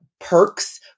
Perks